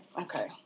Okay